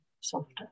softer